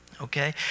okay